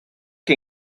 que